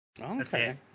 okay